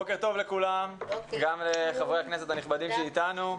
בוקר טוב לכולם, גם לחברי הכנסת הנכבדים שאיתנו,